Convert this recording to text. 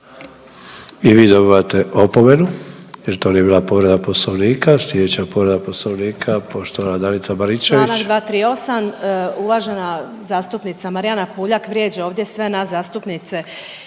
I vi dobivate opomenu, jer to nije bila povreda Poslovnika. Imamo sljedeću povredu Poslovnika poštovana Sabina Glasovac.